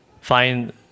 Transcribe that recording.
find